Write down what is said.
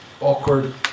awkward